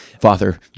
Father